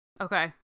okay